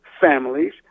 families